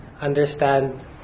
understand